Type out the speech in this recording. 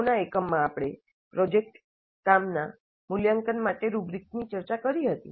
અગાઉના એકમમાં આપણે પ્રોજેક્ટના કામના મૂલ્યાંકન માટે રૂબ્રીક્સની ચર્ચા કરી હતી